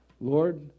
Lord